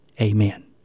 Amen